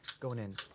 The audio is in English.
going in.